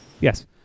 Yes